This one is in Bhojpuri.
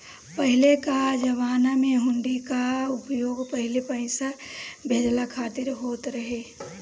पहिले कअ जमाना में हुंडी कअ उपयोग पहिले पईसा भेजला खातिर होत रहे